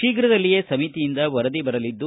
ಶೀಘದಲ್ಲಿಯೇ ಸಮಿತಿಯಿಂದ ವರದಿ ಬರಲಿದ್ದು